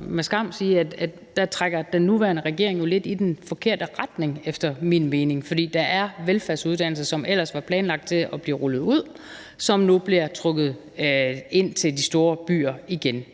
med skam sige, at der trækker den nuværende regering lidt i den forkerte retning efter min mening, for der er velfærdsuddannelser, som ellers var planlagt til at blive flyttet ud, og som nu bliver trukket ind til de store byer igen.